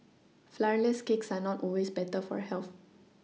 flourless cakes are not always better for health